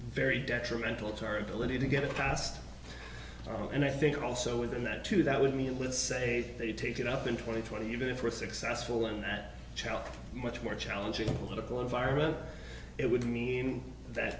very detrimental to our ability to get it passed and i think also within that to that would mean let's say they take it up in twenty twenty even if we're successful in that child much more challenging political environment it would mean that